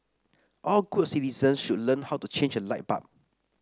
all good citizens should learn how to change a light bulb